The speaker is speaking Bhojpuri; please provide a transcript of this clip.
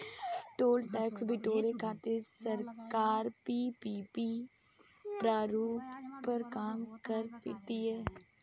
टोल टैक्स बिटोरे खातिर सरकार पीपीपी प्रारूप पर काम कर तीय